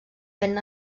ben